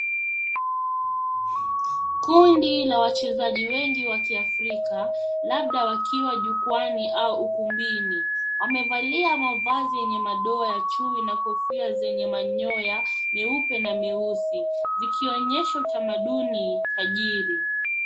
Kundi la wachezaji wengi wa kiafrika, labda wakiwa jukwaani au ukumbini. Wamevalia mavazi yenye madoa ya chui na kofia zenye manyoya meupe na meusi, zikionyesha utamaduni ajiri.